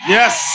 Yes